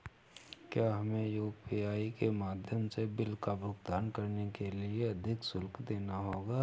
क्या हमें यू.पी.आई के माध्यम से बिल का भुगतान करने के लिए अधिक शुल्क देना होगा?